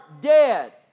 dead